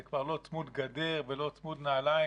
זה כבר לא צמוד-גדר ולא צמוד-נעליים,